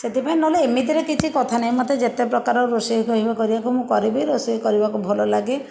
ସେଥିପାଇଁ ନହେଲେ ଏମିତିରେ କିଛି କଥା ନାହିଁ ମୋତେ ଯେତେ ପ୍ରକାର ରୋଷେଇ କହିବ କରିବାକୁ ମୁଁ କରିବି ରୋଷେଇ କରିବାକୁ ଭଲ ଲାଗେ